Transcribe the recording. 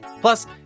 Plus